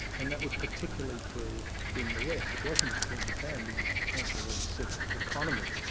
and that was particularly true in the west, it wasn't as true in japan, because japan had a very sick economy.